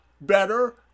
better